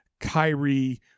Kyrie